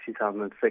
2006